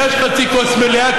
יש חצי כוס מלאה,